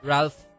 Ralph